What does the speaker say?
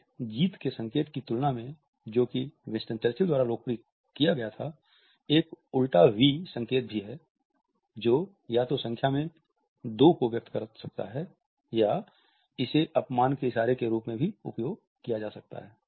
इस जीत के संकेत की तुलना में जो कि विंस्टन चर्चिल द्वारा लोकप्रिय किया गया था एक उलटा वी संकेत भी है जो या तो संख्या में दो को व्यक्त कर सकता है या इसे अपमान के इशारे के रूप में भी उपयोग किया जा सकता है